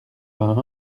vingt